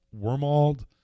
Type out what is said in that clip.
Wormald